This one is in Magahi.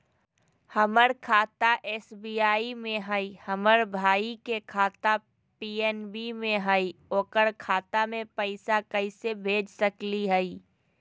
हमर खाता एस.बी.आई में हई, हमर भाई के खाता पी.एन.बी में हई, ओकर खाता में पैसा कैसे भेज सकली हई?